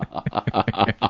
i